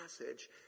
passage